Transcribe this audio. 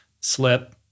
slip